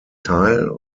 teil